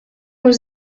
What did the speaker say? was